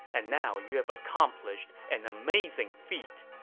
and now you have accomplished an amazing feat.